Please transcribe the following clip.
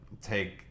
take